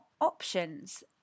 options